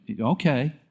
Okay